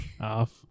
Off